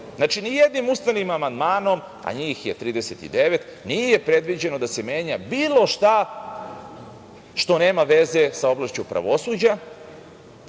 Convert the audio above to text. Znači, ni jednim ustavnim amandmanom, a njih je 39, nije previđeno da se menja bilo šta što nema veze sa oblašću pravosuđa,